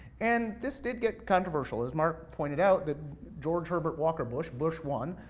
and this did get controversial, as mark pointed out, that george herbert walker bush, bush one,